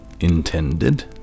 Intended